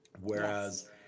Whereas